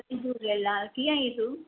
जय झूलेलाल कीअं आहीं तूं